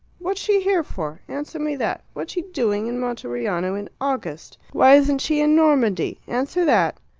what's she here for? answer me that. what's she doing in monteriano in august? why isn't she in normandy? answer that.